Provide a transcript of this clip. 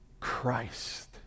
Christ